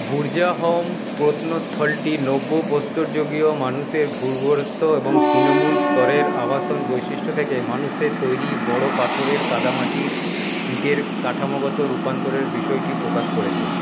বুর্জাহোম প্রত্নস্থলটি নব্যপ্রস্তরযুগীয় মানুষের এবং তৃণমূল স্তরের আবাসন বৈশিষ্ট্য থেকে মানুষের তৈরি বড়ো পাথরের কাদামাটির ইটের কাঠামোগত রূপান্তরের বিষয়টি প্রকাশ করেছে